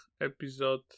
episode